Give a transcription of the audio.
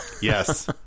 Yes